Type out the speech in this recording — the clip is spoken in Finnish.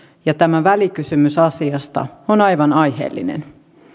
ja tämä välikysymys asiasta on aivan aiheellinen